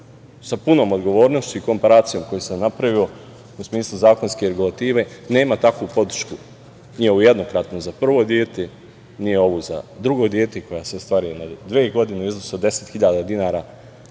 sa punom odgovornošću i komparacijom koju sam napravio u smislu zakonske regulative, nema takvu podršku, ni ovu jednokratnu, za prvo dete, ni ovu za drugo dete, koja se ostvaruje za dve godine u iznosu od 10 hiljada dinara,